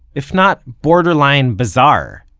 if not borderline bizarre,